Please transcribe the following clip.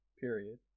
period